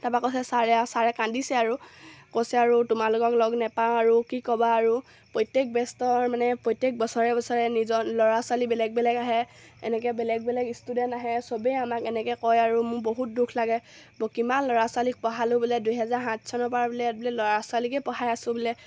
তাৰপৰা কৈছে ছাৰে আৰু ছাৰে কান্দিছে আৰু কৈছে আৰু তোমালোকক লগ নাপাওঁ আৰু কি ক'বা আৰু প্ৰত্যেক বেট্ছৰ মানে প্ৰত্যেক বছৰে বছৰে নিজৰ ল'ৰা ছোৱালী বেলেগ বেলেগ আহে এনেকৈ বেলেগ বেলেগ ষ্টুডেণ্ট আহে সবেই আমাক এনেকৈ কয় আৰু মোৰ বহুত দুখ লাগে ব কিমান ল'ৰা ছোৱালীক পঢ়ালোঁ বোলে দুহেজাৰ সাত চনৰ পৰা বোলে ইয়াত বোলে ল'ৰা ছোৱালীকেই পঢ়াই আছোঁ বোলে